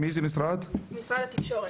משרד התקשורת,